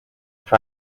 try